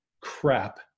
crap